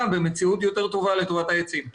במציאות יותר טובה לטובת העצים ולטובתנו.